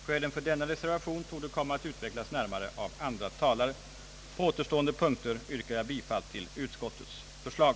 Skälen för denna reservation torde komma att utvecklas närmare av andra talare. På återstående punkter yrkar jag bifall till utskottets förslag.